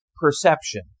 perception